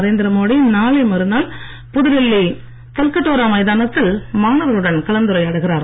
நரேந்திர மோடி நாளை மறு நாள் புதுடில்லி தல்கடோரா மைதானத்தில் மாணவர்களுடன் கலந்துரையாடுகிறார்